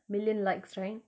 million likes right